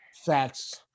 facts